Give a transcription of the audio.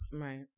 Right